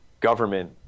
government